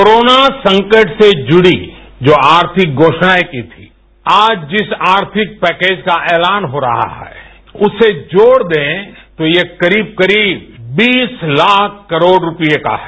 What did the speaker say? corona संकट से जुड़ी जो आर्थिक घोषणाएं की थीं आज जिस आर्थिक पैकेज का ऐलान हो रहा है उसे जोड़ दें तो ये करीब करीब बीस लाख करोड़ रूपये का है